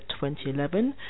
2011